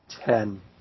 ten